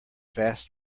fast